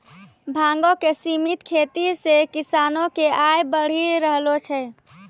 भांगो के सिमित खेती से किसानो के आय बढ़ी रहलो छै